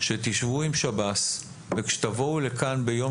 שתשבו עם שירות בתי הסוהר וכשתבואו לכאן ביום